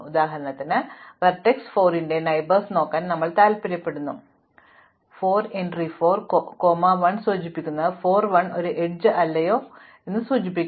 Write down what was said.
ഉദാഹരണത്തിന് വെർട്ടെക്സ് 4 ന്റെ അയൽക്കാരെ നോക്കാൻ ഞങ്ങൾ താൽപ്പര്യപ്പെടുന്നു ഞങ്ങൾ 4 വരി പിന്നെ 4 എൻട്രി 4 കോമ 1 സൂചിപ്പിക്കുന്നത് 4 1 ഒരു അരികാണോ അല്ലയോ എന്ന് സൂചിപ്പിക്കുന്നു